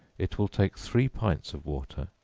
it will take three pints of water,